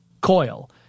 coil